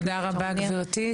תודה רבה גברתי.